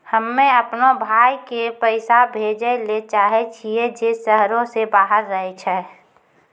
हम्मे अपनो भाय के पैसा भेजै ले चाहै छियै जे शहरो से बाहर रहै छै